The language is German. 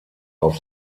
auf